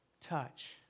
touch